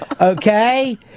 Okay